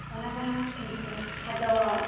ᱚᱱᱟ ᱠᱚᱢᱟ ᱴᱷᱤᱠ ᱜᱮᱭᱟ ᱟᱫᱚ